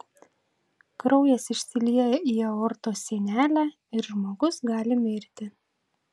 kraujas išsilieja į aortos sienelę ir žmogus gali mirti